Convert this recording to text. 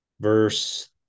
Verse